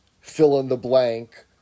fill-in-the-blank